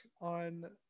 on